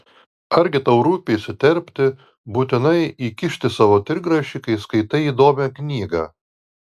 argi tau rūpi įsiterpti būtinai įkišti savo trigrašį kai skaitai įdomią knygą